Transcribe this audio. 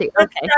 okay